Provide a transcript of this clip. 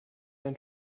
ein